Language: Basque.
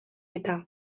eta